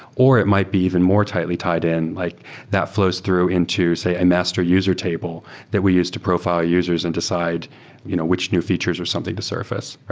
or it might be even more tightly tied in like that fl ows through into, say, a master user table that we used to profi le users and decide you know which new features or something to surface.